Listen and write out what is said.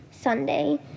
Sunday